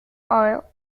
oil